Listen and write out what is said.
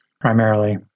primarily